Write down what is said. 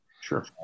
Sure